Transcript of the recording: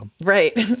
Right